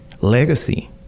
legacy